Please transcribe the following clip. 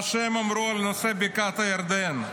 ומה שהם אמרו על נושא בקעת הירדן.